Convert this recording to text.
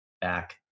back